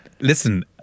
Listen